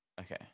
okay